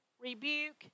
rebuke